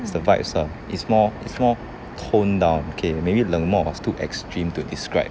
it's the vibes lah it's more it's more toned down okay maybe 冷漠 was too extreme to describe